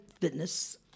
fitness